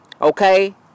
Okay